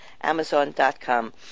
amazon.com